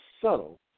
subtle